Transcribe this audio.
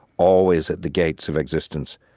always at the gates of existence,